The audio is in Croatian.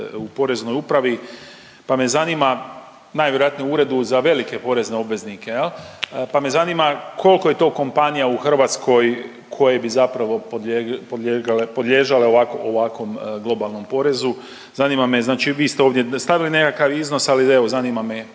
u Poreznoj upravi pa me zanima, najvjerojatnije u uredu za velike porezne obveznike pa me zanima kolko je to kompanija u Hrvatskoj koje bi zapravo podlijegale, podliježale ovakom globalnom porezu? Zanima me, znači vi ste ovdje stavili nekakav iznos, ali evo zanima kolko